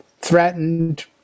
threatened